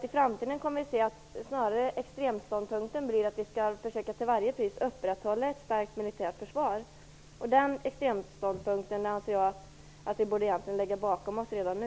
I framtiden tror jag snarare att vi får se att extremståndpunkten är att vi till varje pris skall försöka upprätthålla ett starkt militärt försvar. Den extremståndpunkten anser jag att vi egentligen borde lägga bakom oss redan nu.